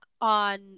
on